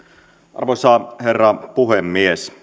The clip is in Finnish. arvoisa herra puhemies